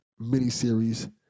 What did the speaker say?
miniseries